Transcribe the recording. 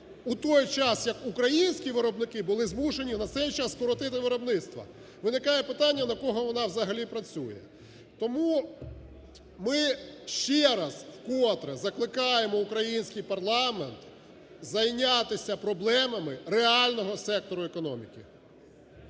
у той час як українські виробники були змушені на цей час скоротити виробництво. Виникає питання: на кого вона взагалі працює? Тому ми ще раз вкотре закликаємо український парламент зайнятися проблемами реального сектору економіки.